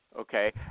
okay